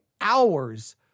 hours